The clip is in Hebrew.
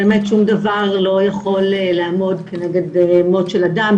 ובאמת שום דבר לא יכול לעמוד כנגד מוות של אדם,